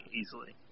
easily